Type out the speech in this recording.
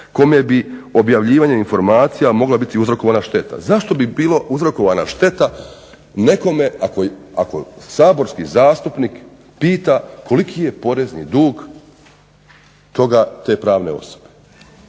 kome bi objavljivanjem informacija mogla biti uzrokovana šteta. Zašto bi bila uzrokovana šteta nekome ako saborski zastupnik pita koliki je porezni dug te pravne osobe,